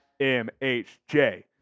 MHJ